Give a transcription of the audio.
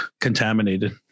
contaminated